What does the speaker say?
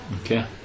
okay